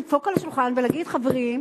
מישהו מכם צריך לדפוק על השולחן ולומר: חברים,